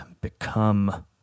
become